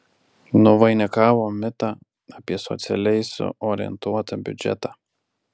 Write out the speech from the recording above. nuvainikavo mitą apie socialiai suorientuotą biudžetą